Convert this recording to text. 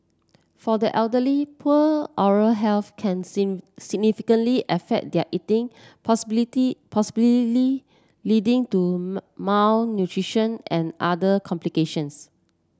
for the elderly poor oral health can significantly affect their eating possibility leading to malnutrition and other complications